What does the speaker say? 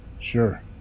Sure